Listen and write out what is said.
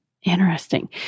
Interesting